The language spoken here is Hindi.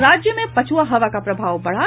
और राज्य में पछुआ हवा का प्रभाव बढ़ा